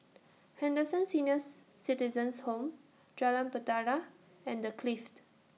Henderson Seniors Citizens' Home Jalan Bahtera and The Clift